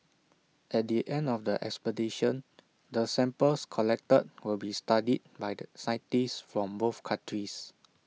at the end of the expedition the samples collected will be studied by the scientists from both countries